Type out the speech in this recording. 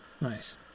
nice